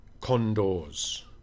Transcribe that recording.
condors